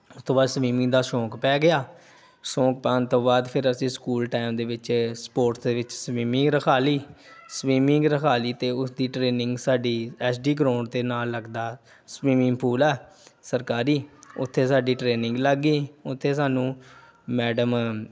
ਉਸ ਤੋਂ ਬਸ ਸਵੀਮਿੰਗ ਦਾ ਸ਼ੌਂਕ ਪੈ ਗਿਆ ਸ਼ੌਂਕ ਪੈਣ ਤੋਂ ਬਾਅਦ ਫਿਰ ਅਸੀਂ ਸਕੂਲ ਟਾਈਮ ਦੇ ਵਿੱਚ ਸਪੋਰਟਸ ਦੇ ਵਿੱਚ ਸਵੀਮਿੰਗ ਰਖਵਾ ਲਈ ਸਵੀਮਿੰਗ ਰਖਵਾ ਲਈ ਤੇ ਉਸਦੀ ਟ੍ਰੇਨਿੰਗ ਸਾਡੀ ਐਸ ਡੀ ਗਰਾਊਂਡ ਅਤੇ ਨਾਲ ਲੱਗਦਾ ਸਵੀਮਿੰਗ ਪੂਲ ਹੈ ਸਰਕਾਰੀ ਉੱਥੇ ਸਾਡੀ ਟ੍ਰੇਨਿੰਗ ਲੱਗ ਗਈ ਉੱਥੇ ਸਾਨੂੰ ਮੈਡਮ